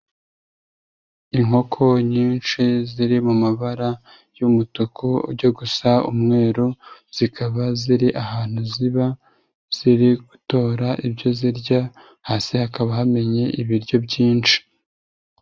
Inkoko nyinshi ziri mu mabara y'umutuku ujya gusa umweru, zikaba ziri ahantu ziba ziri gutora ibyo zirya, hasi hakaba hamenye ibiryo byinshi.